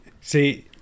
See